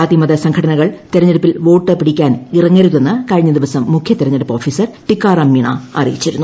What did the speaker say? ജാതിമത സംഘടനകൾ തിരഞ്ഞെടുപ്പിൽ വോട്ട് പിടിക്കാനിറങ്ങരുതെന്ന് കഴിഞ്ഞ ദിവസം മുഖ്യ തിരഞ്ഞെടുപ്പ് ഓഫീസർ ടിക്കാറാം മീണ അറിയിച്ചിരുന്നു